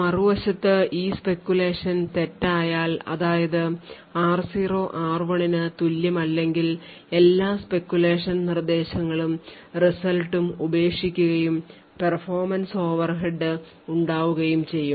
മറുവശത്ത് ഈ speculation തെറ്റായാൽ അതായത് r0 r1 ന് തുല്യമല്ലെങ്കിൽ എല്ലാ speculation നിർദ്ദേശങ്ങളും result ഉം ഉപേക്ഷിക്കുകയും perfomance ഓവർഹെഡ് ഉണ്ടാവുകയും ചെയ്യും